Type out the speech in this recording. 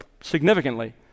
significantly